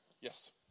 Yes